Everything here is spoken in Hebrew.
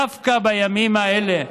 דווקא בימים האלה,